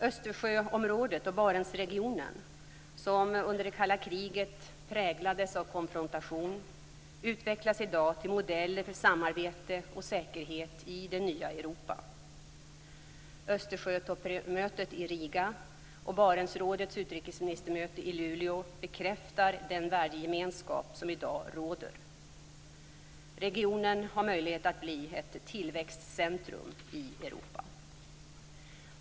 Östersjöområdet och Barentsregionen, som under det kalla kriget präglades av konfrontation, utvecklas i dag till modeller för samarbete och säkerhet i det nya Europa. Östersjötoppmötet i Riga och Barentsrådets utrikesministermöte i Luleå bekräftar den värdegemenskap som i dag råder. Regionen har möjlighet att bli ett tillväxtcentrum i Europa.